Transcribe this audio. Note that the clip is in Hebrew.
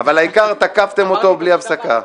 אבל העיקר תקפתם אותו בלי הפסקה.